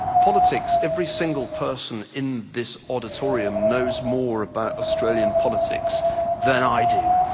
politics. every single person in this auditorium knows more about australian politics than i do,